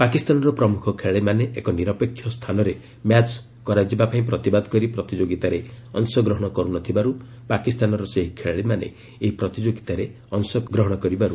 ପାକିସ୍ତାନର ପ୍ରମୁଖ ଖେଳାଳିମାନେ ଏକ ନିରପ୍ରେକ୍ଷ ସ୍ଥାନରେ ମ୍ୟାଚ୍ କରାଯିବା ପାଇଁ ପ୍ରତିବାଦ କରି ପ୍ରତିଯୋଗୀତାରେ ଅଂଶଗ୍ରହଣ କରୁନଥିବାରୁ ପାକିସ୍ତାନର ସେହି ଖେଳାଳିମାନେ ଏହି ପ୍ରତିଯୋଗୀତାରେ ଅଂଶଗ୍ରହଣ କର୍ତ୍ତାହାନ୍ତି